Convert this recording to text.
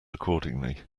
accordingly